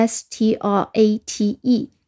S-T-R-A-T-E